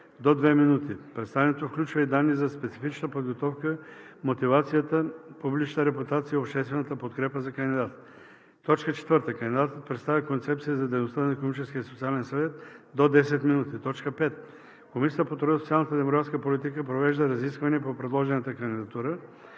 до 2 минути. Представянето включва и данни за специфичната подготовка, мотивацията, публичната репутация и обществената подкрепа за кандидата. 4. Кандидатът представя концепция за дейността на Икономическия и социален съвет – до 10 минути. 5. Комисията по труда, социалната и демографската политика провежда разисквания по предложената кандидатура.